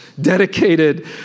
dedicated